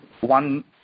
one